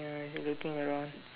ya looking around